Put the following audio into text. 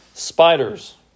Spiders